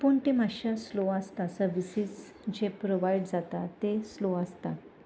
पूण ते मातशें स्लो आसता सर्विसीस जे प्रोवायड जाता तें स्लो आसता